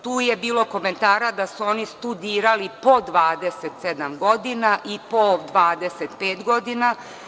Tu je bilo komentara da su oni studirali po 27 godina i po 25 godina.